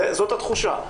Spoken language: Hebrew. זאת התחושה.